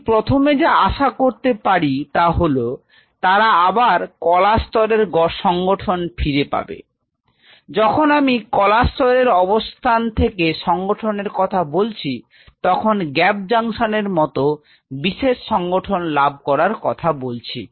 আমি প্রথমে যা আশা করতে পারি তা হল তারা আবার কলা স্তরের সংগঠন ফিরে পাবে যখন আমি কলা স্তরের অবস্থান থেকে সংগঠনের কথা বলছি তখন গ্যাপ জংশনের মত বিশেষ সংগঠন লাভ করার কথা বলছি